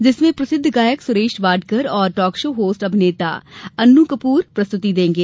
जिसमें प्रसिद्ध गायक सुरेश वाडकर और टॉक शो होस्ट अभिनेता अन्नू कपूर प्रस्तृति देंगे